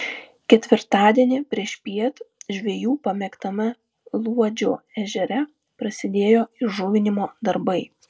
ketvirtadienį priešpiet žvejų pamėgtame luodžio ežere prasidėjo įžuvinimo darbai